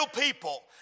people